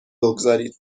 بگذارید